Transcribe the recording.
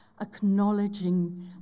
acknowledging